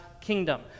kingdom